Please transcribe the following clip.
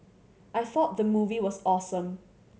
I thought the movie was awesome